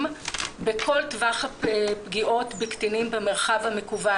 בכל טווח הפגיעות בקטינים במרחב המקוון.